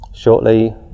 shortly